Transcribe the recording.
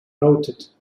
noted